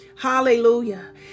Hallelujah